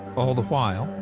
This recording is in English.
all the while,